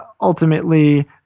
ultimately